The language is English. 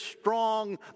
strong